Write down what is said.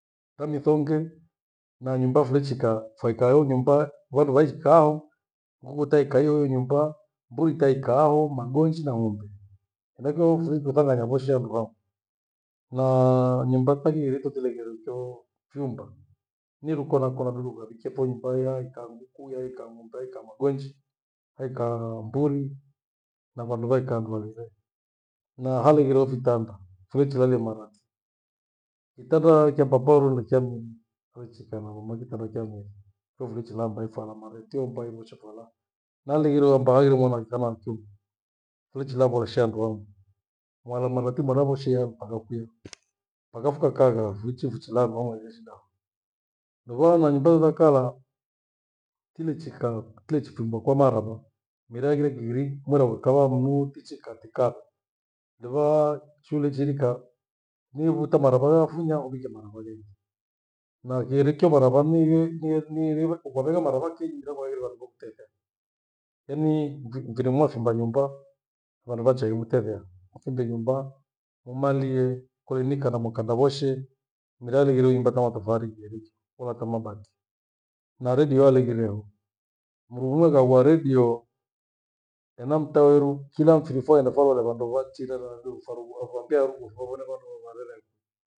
Tamisonge na nyumba fulichikaa faikayo nyumba wandu waichikaaho nguku taikaaa hiyo hiyo nyumba, mbu itaikaaho, magonji na ng'ombe. Henachio fuchikitaa na nyangoshea luvamu na nyumba takee hericho tilegherito vyumba ni kukona kona du kavikie pho nyumbaya hii kaa nguku, hiya ikaa ng'ombe, haikaa mgonji, haikaa mburi na vandu vaikaa hivo hivo na haleghireho fitanda fulechilalia marati. Kitanda cha papa weru ni cha miri wechikaa na mama kitanda cha miri ufelichi lambai ifara mareteo mbai lichekolaa. Naleghirio mbai iremwana wa kika na wakiumi kulichi napho lushea nduamu. Mwana malati mwanavoshea mpaka kwia, mpaka fukakagha vuichi vichilano no hie shida kho. Lugho ana nyumba ighakala tigichika, tiechifimbo kwa marava mira ighire kiwiri mwira ukawa mnuu tichi kati kava. Ndevohawa shule chivika nivuta marava yafunya uwikie mara gholeti na kirikio mara va mwiri ni- ni- niirive kukwavika mara vakiji ndevairwa hovucteta. Yaani njirimua fyuma nyumbaa vandu vachai mtetho. Uthinde nyumba umalie koinika ana mwakanda voshe mira lighirwe nyumba tha matofali ighericho kola ata mabati na redio aleghire ho. Mrughu kanunua redio ena mtaa weru kila mfiri pho aghenda falulo vandu vachigha handu vifarughu avakea rughu iphavone vandu varera imwi.